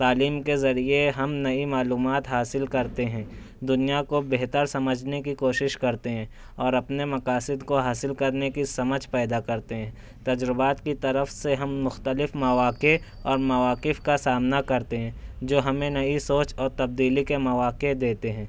تعلیم کے ذریعے ہم نئی معلومات حاصل کرتے ہیں دنیا کو بہتر سمجھنے کی کوشش کرتے ہیں اور اپنے مقاصد کو حاصل کرنے کی سمجھ پیدا کرتے ہیں تجربات کی طرف سے ہم مختلف مواقع اور مواقف کا سامنا کرتے ہیں جو ہمیں نئی سوچ اور تبدیلی کے مواقع دیتے ہیں